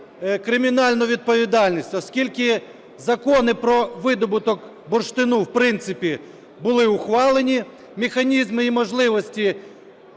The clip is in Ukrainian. кримінальну відповідальність, оскільки закони про видобуток бурштину, в принципі, були ухвалені, механізми і можливості